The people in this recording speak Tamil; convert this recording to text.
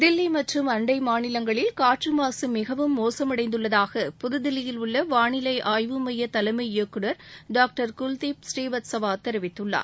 தில்லி மற்றம் அண்டை மாநிலங்களில் காற்று மாசு மிகவும் மோசமடைந்துள்ளதாக புதுதில்லியில் உள்ள வானிலை ஆய்வு மைய தலைமை இயக்குநர் டாக்டர் குல்தீப் ஸ்ரீவத்ஸவா தெரிவித்துள்ளார்